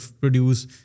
produce